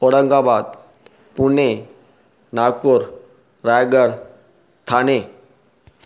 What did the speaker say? Aurangabad Pune Nagpur Raigad Thane